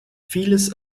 vieles